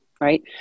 Right